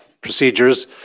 procedures